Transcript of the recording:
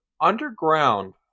underground